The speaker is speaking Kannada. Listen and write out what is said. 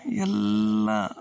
ಎಲ್ಲ